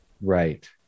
Right